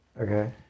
Okay